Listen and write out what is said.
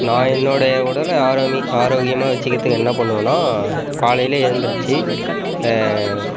நான் என்னோடைய உடலை ஆரோமி ஆரோக்கியமாக வச்சுக்கிறத்துக்கு என்ன பண்ணுவேன்னா காலையில் எழுந்திரிச்சு